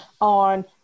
on